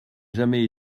jamais